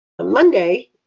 Monday